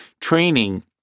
training